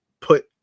put